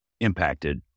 impacted